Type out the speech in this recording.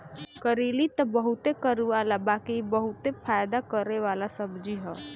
करइली तअ बहुते कड़ूआला बाकि इ बहुते फायदा करेवाला सब्जी हअ